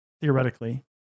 theoretically